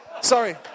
Sorry